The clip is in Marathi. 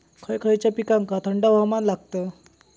खय खयच्या पिकांका थंड हवामान लागतं?